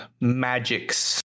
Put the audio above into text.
magics